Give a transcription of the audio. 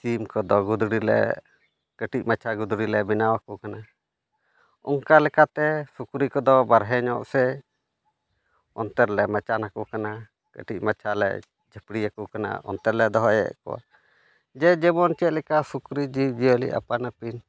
ᱥᱤᱢ ᱠᱚᱫᱚ ᱜᱩᱫᱽᱲᱤ ᱞᱮ ᱠᱟᱹᱴᱤᱡ ᱢᱟᱪᱷᱟ ᱜᱩᱫᱽᱲᱤ ᱞᱮ ᱵᱮᱱᱟᱣ ᱟᱠᱚ ᱠᱟᱱᱟ ᱚᱱᱠᱟ ᱞᱮᱠᱟᱛᱮ ᱥᱩᱠᱨᱤ ᱠᱚᱫᱚ ᱵᱟᱦᱨᱮ ᱧᱚᱜ ᱥᱮ ᱚᱱᱛᱮ ᱨᱮᱞᱮ ᱢᱟᱪᱟᱱ ᱟᱠᱚ ᱠᱟᱱᱟ ᱠᱟᱹᱴᱤᱡ ᱢᱟᱪᱷᱟ ᱞᱮ ᱡᱷᱟᱯᱲᱤ ᱟᱠᱚ ᱠᱟᱱᱟ ᱚᱱᱛᱮ ᱨᱮᱞᱮ ᱫᱚᱦᱚᱭᱮᱫ ᱠᱚᱣᱟ ᱡᱮ ᱡᱮᱢᱚᱱ ᱪᱮᱫ ᱞᱮᱠᱟ ᱥᱩᱠᱨᱤ ᱡᱤᱵᱽᱼᱡᱤᱭᱟᱹᱞᱤ ᱟᱯᱟᱱ ᱟᱹᱯᱤᱱ